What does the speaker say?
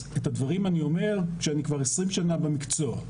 אז את הדברים אני אומר כשאני כבר 20 שנה במקצוע,